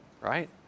right